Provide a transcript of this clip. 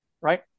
right